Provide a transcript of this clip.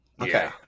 okay